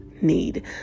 need